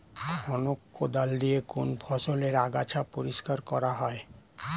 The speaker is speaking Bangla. খনক কোদাল দিয়ে কোন ফসলের আগাছা পরিষ্কার করা হয়?